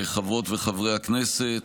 חברות וחברי הכנסת,